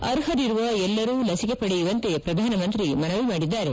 ಅರ್ಹರಿರುವ ಎಲ್ಲರೂ ಲಸಿಕೆ ಪಡೆಯುವಂತೆ ಪ್ರಧಾನಮಂತ್ರಿ ಮನವಿ ಮಾಡಿದ್ದಾರೆ